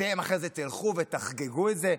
אתם אחרי זה תלכו ותחגגו את זה.